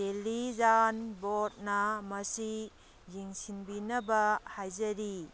ꯗꯦꯜꯂꯤꯖꯥꯟ ꯕꯣꯔꯗꯅ ꯃꯁꯤ ꯌꯦꯡꯁꯤꯟꯕꯤꯅꯕ ꯍꯥꯏꯖꯔꯤ